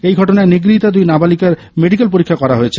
এই ঘটনায় নিগৃহীতা দুই নাবালিকার মেডিক্যাল পরীক্ষা করা হয়েছে